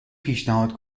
پیشنهاد